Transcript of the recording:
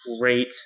great